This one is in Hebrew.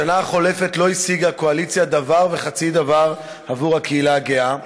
בשנה החולפת לא השיגה הקואליציה דבר וחצי דבר עבור הקהילה הגאה.